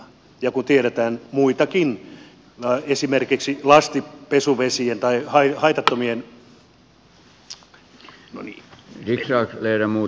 ja kun tiedetään muitakin esimerkiksi lastipesuvesien tai haitattomien